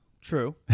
True